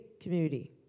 community